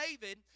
David